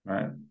Right